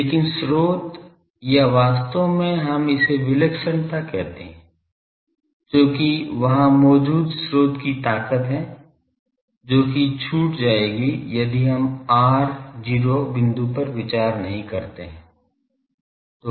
लेकिन स्रोत या वास्तव में हम इसे विलक्षणता कहते हैं जो कि वहां मौजूद स्रोत की ताकत है जो कि छूट जाएगी यदि हम r 0 बिंदु पर विचार नहीं करते हैं